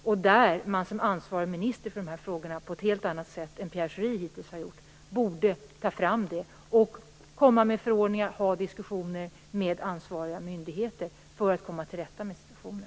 Där borde man som ansvarig minister, på ett helt annat sätt än vad Pierre Schori hittills har gjort, ta upp dessa frågor, utfärda förordningar och föra diskussioner med ansvariga myndigheter för att komma till rätta med situationen.